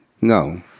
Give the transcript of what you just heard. no